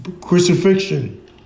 crucifixion